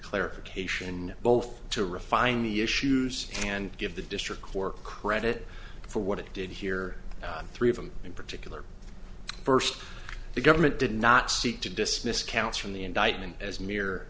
clarification both to refine the issues and give the district court credit for what it did here on three of them in particular first the government did not seek to dismiss counts from the indictment as